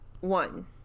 One